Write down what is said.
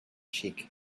cheek